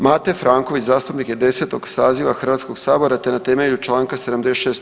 Mate Franković zastupnik je 10. saziva Hrvatskog sabora te na temelju Članka 76.